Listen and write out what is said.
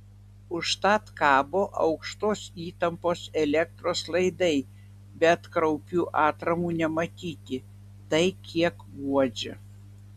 užtat kabo aukštos įtampos elektros laidai bet kraupių atramų nematyti tai kiek guodžia